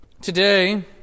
today